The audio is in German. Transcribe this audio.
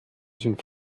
sind